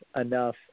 enough